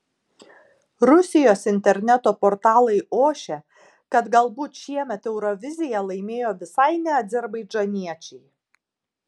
rusijos interneto portalai ošia kad galbūt šiemet euroviziją laimėjo visai ne azerbaidžaniečiai